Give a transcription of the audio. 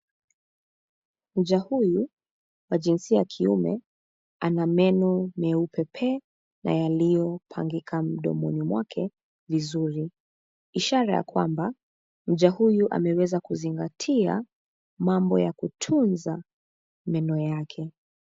Mja huyu, wa jinsia ya kiume, ana meno meupe pee, na yaliyopangika mdomoni mwake vizuri, ishara ya kwamba, mja huyu ameweza kuzingatia mambo ya kutunza meno yake.